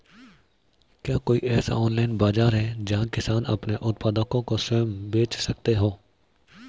क्या कोई ऐसा ऑनलाइन बाज़ार है जहाँ किसान अपने उत्पादकों को स्वयं बेच सकते हों?